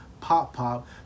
pop-pop